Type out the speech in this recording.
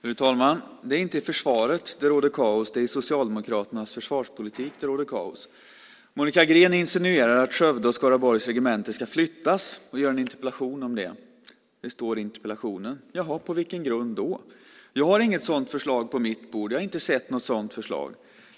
Fru talman! Det är inte i försvaret som det råder kaos, utan det är i Socialdemokraternas försvarspolitik som det råder kaos. Monica Green insinuerar att Skövdes och Skaraborgs regemente ska flyttas och framställer en interpellation om det; så står det ju i interpellationen. Jaha, på vilken grund då? Jag har inget sådant förslag på mitt bord och har inte sett något sådant förslag.